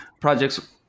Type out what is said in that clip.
projects